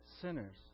sinners